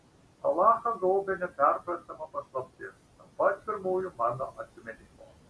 alachą gaubė neperprantama paslaptis nuo pat pirmųjų mano atsiminimų